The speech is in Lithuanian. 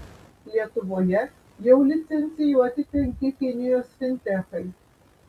lietuvoje jau licencijuoti penki kinijos fintechai